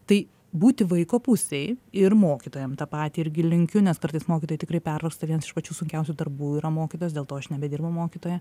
tai būti vaiko pusėj ir mokytojam tą patį irgi linkiu nes kartais mokytojai tikrai pervargsta vienas iš pačių sunkiausių darbų yra mokytojas dėl to aš nebedirbu mokytoja